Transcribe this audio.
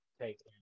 take